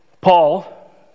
Paul